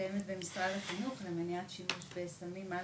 שקיימת במשרד החינוך למניעת שימוש בסמים,